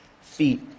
feet